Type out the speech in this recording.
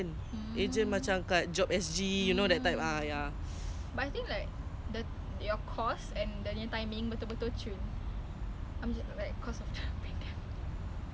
mm mm the front liners ah tahu tak apa